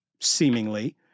seemingly—